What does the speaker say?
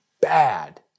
bad